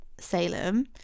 salem